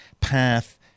path